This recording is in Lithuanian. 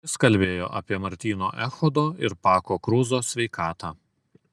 jis kalbėjo apie martyno echodo ir pako kruzo sveikatą